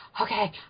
okay